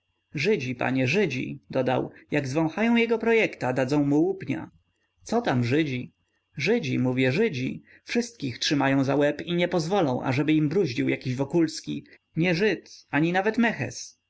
żydzi panie żydzi dodał jak zwąchają jego projekta dadzą mu łupnia co tam żydzi żydzi mówię żydzi wszystkich trzymają za łeb i nie pozwolą ażeby im bruździł jakiś wokulski nie żyd ani nawet